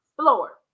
floor